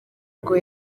ngo